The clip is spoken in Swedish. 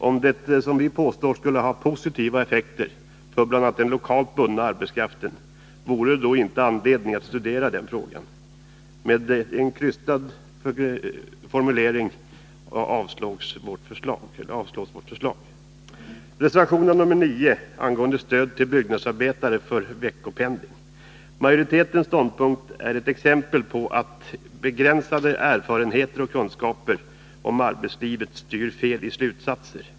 Om det som vi påstår skulle bli positiva effekter för bl.a. den lokalt bundna arbetskraften, vore det då inte anledning att studera den frågan? Med en krystad formulering avstyrker man vårt förslag. Reservationen nr 9 gäller stöd till byggnadsarbetare för veckopendling. Majoritetens ståndpunkt är ett exempel på att begränsade erfarenheter och kunskaper om arbetslivet styr fel i slutsatserna.